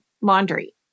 laundry